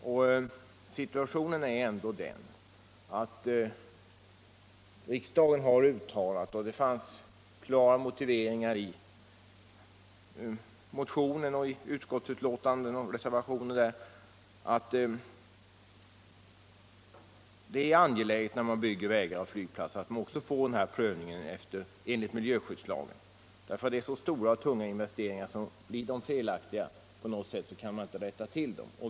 Riksdagen har ändå uttalat att det är angeläget med en prövning enligt miljöskyddslagen när man bygger vägar och flygplatser, och det fanns klara motiveringar för det i motionen och utskottsbetänkandet. Det gäller här så stora investeringar att om något blir fel kan det inte rättas till.